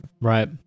right